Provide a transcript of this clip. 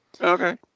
Okay